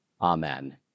Amen